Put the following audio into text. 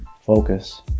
focus